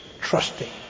trusting